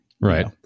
Right